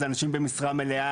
זה אנשים במשרה מלאה.